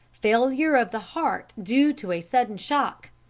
failure of the heart due to a sudden shock.